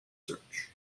search